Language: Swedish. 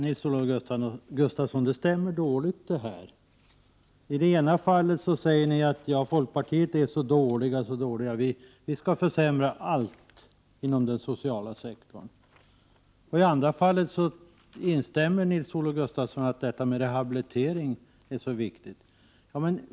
Herr talman! Det stämmer dåligt det här, Nils-Olof Gustafsson. I ena fallet säger ni att folkpartiet vill försämra allt inom den sociala sektorn. I andra fallet instämmer Nils-Olof Gustafsson i att rehabilitering är så viktigt.